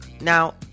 Now